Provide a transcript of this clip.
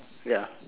ya